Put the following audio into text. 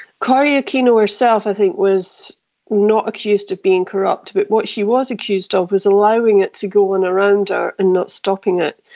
cory aquino herself i think was not accused of being corrupt, but what she was accused ah of was allowing it to go on around her and not stopping it.